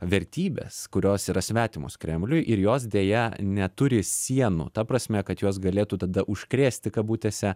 vertybes kurios yra svetimos kremliui ir jos deja neturi sienų ta prasme kad jos galėtų tada užkrėsti kabutėse